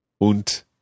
und